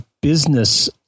business